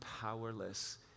powerless